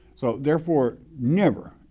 so therefore, never,